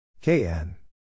KN